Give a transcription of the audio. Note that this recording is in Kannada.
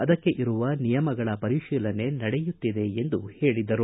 ಅದಕ್ಕೆ ಇರುವ ನಿಯಮಗಳ ಪರಿಶೀಲನೆ ನಡೆಯುತ್ತಿದೆ ಎಂದು ಹೇಳಿದರು